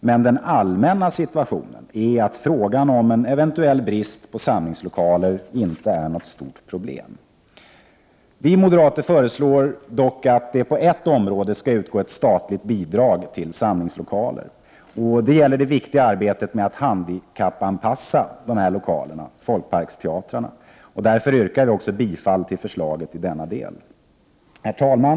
Men den allmänna situationen är att frågan om en eventuell brist på samlingslokaler inte är ett stort problem. Vi moderater föreslår dock att det på ett område skall utgå ett statligt bidrag till samlingslokaler. Det gäller det viktiga arbetet med att handikappanpassa dessa lokaler, folkparksteatrarna. Därför yrkar vi också bifall till förslaget i denna del. Herr talman!